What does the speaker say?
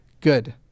Good